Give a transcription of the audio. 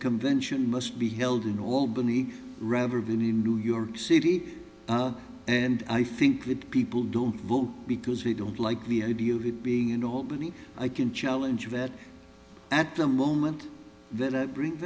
convention must be held in albany rever been in new york city and i think that people don't vote because they don't like the idea of it being in albany i can challenge that at the moment that